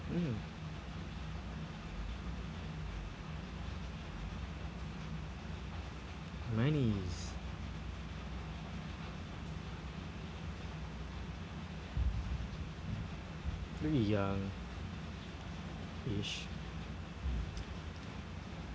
mm monies pretty young-ish